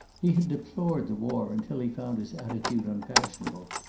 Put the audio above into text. he had deplored the war until he found his attitude unfashionable,